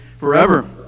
forever